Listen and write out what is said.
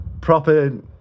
Proper